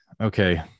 Okay